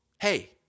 Hey